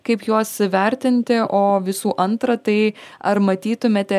kaip juos vertinti o visų antra tai ar matytumėte